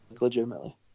legitimately